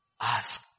ask